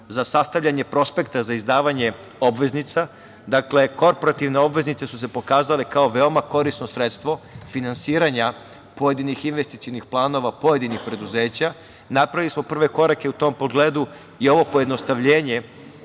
za sastavljanje prospekta za izdavanje obveznica, dakle korporativne obveznice su se pokazale kao veoma korisno sredstvo finansiranja pojedinih investicionih planova pojedinih preduzeća. Napravili smo prve korake u tom pogledu i ovo pojednostavljenje